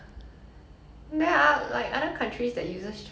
which ya okay anyways